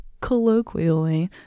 colloquially